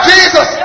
Jesus